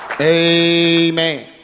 Amen